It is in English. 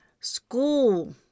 school